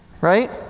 Right